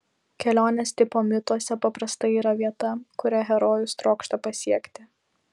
kelionės tipo mituose paprastai yra vieta kurią herojus trokšta pasiekti